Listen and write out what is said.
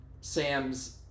Sam's